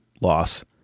loss